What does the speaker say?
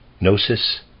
Gnosis